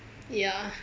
ya